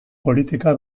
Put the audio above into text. politika